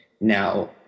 Now